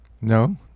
No